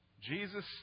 Jesus